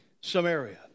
Samaria